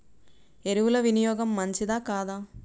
ఎరువుల వినియోగం మంచిదా కాదా?